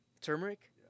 turmeric